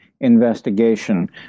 investigation